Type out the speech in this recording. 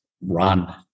run